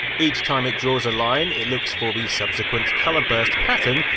each time it draws a line, it looks for the subsequent colourburst pattern,